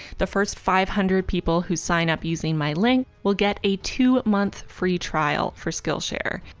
the first five hundred people who sign up using my link will get a two month free trial for skillshare.